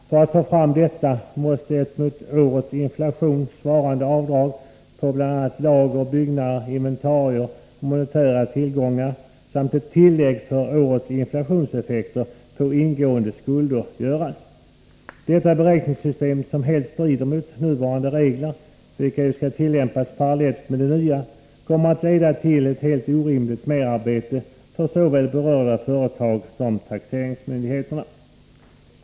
För att få fram detta måste ett mot årets inflation svarande avdrag på bl.a. lager, byggnader, inventarier och monetära tillgångar samt ett tillägg för årets inflationseffekter på ingående skulder göras. Detta beräkningssystem, som helt strider mot nuvarande regler, vilka ju skall tillämpas parallellt med de nya, kommer att leda till ett helt orimligt merarbete för såväl berörda företag som taxeringsmyndigheter.